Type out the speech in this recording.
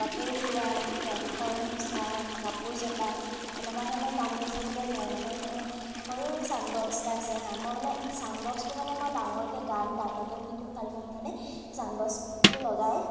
কাপোৰ ধোৱা তাৰ পৰা ঘৰ মচা কাপোৰ জপা এনেকুৱা ধৰণৰ কাম কৰি থাকোঁতে মই মানে মোৰ সৰু চাউণ্ড বক্স এটা আছে হাঁ মই মানে চাউণ্ড বক্সটো মানে মই ডাঙৰকৈ গান ডাঙৰকৈ শুনি খুব ভাল পাওঁ মানে চাউণ্ড বক্সটো লগাই